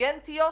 אינטליגנטיות